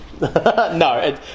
No